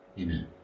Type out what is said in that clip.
Amen